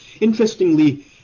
interestingly